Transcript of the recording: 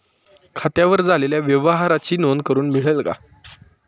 खात्यावर झालेल्या व्यवहाराची नोंद करून मिळेल का?